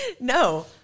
No